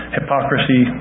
Hypocrisy